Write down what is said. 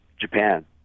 Japan